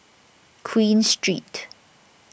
Queen Street